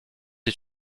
est